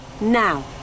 Now